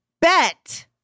bet